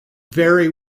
very